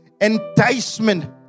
enticement